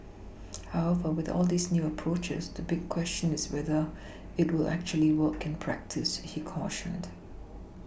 however with all these new approaches the big question is whether it will actually work in practice he cautioned